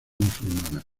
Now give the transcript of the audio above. musulmana